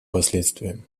последствиям